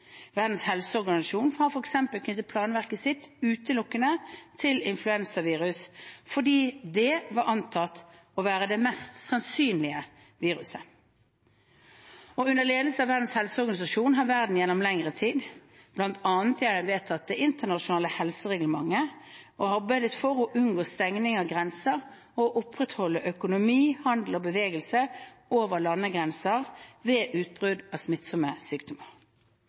Verdens helseorganisasjon har f.eks. knyttet planverket sitt utelukkende til influensavirus fordi det var antatt å være det mest sannsynlige viruset. Under ledelse av Verdens helseorganisasjon har verden gjennom lengre tid, bl.a. ved å vedta det internasjonale helsereglementet, arbeidet for å unngå stengning av grenser og å opprettholde økonomi, handel og bevegelse over landegrenser ved utbrudd av smittsomme sykdommer.